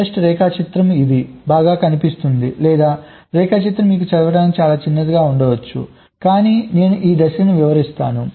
EXTEST రేఖాచిత్రం ఇది బాగా కనిపిస్తుంది లేదా రేఖాచిత్రం మీకు చదవడానికి చాలా చిన్నదిగా ఉండవచ్చు కానీ నేను ఈ దశలను వివరిస్తాను